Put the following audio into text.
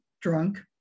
drunk